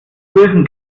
bösen